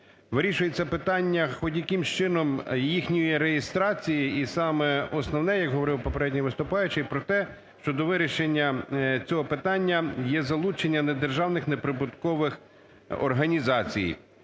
Вирішується питання хоть якимось чином їхньої реєстрації. І саме основне, як говорив попередній виступаючий, про те, що до вирішення цього питання є залучення недержавних, неприбуткових організацій.